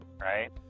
right